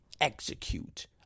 execute